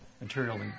materially